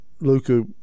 Luka